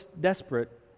desperate